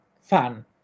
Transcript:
fun